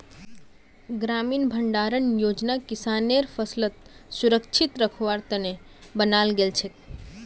ग्रामीण भंडारण योजना किसानेर फसलक सुरक्षित रखवार त न बनाल गेल छेक